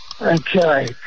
Okay